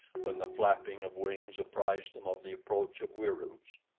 when the flapping of wings apprised them of the approach of wieroos.